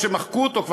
שכבר מחקו אותו,